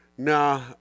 Nah